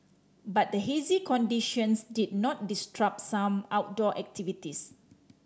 but the hazy conditions did not disrupt some outdoor activities